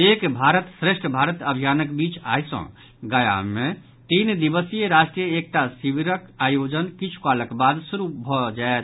एक भारत श्रेष्ठ भारत अभियानक बीच आइ सॅ गया मे तीन दिवसीय राष्ट्रीय एकता शिविरक आयोजन किछु कालक बाद शुरू भऽ जायत